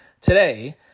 today